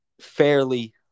fairly